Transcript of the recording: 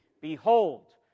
Behold